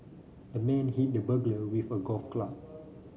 the man hit the burglar with a golf club